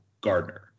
Gardner